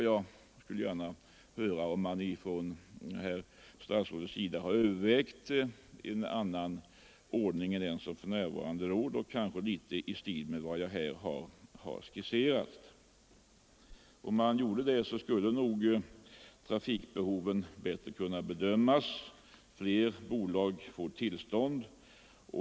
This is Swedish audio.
Jag skulle gärna vilja höra om kommunikationsministern har övervägt en annan ordning än den som för närvarande råder, t.ex. en ordning i stil med vad jag här skisserat. Om man införde en sådan ordning skulle nog trafikbehoven bättre kunna bedömas, och fler bolag skulle kunna få tillstånd.